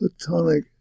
platonic